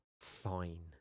fine